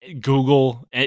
Google